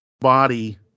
body